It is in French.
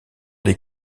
des